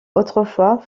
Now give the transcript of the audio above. autrefois